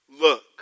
Look